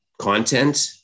content